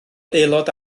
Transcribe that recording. aelod